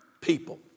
people